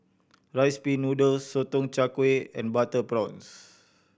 Rice Pin Noodles Sotong Char Kway and butter prawns